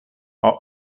are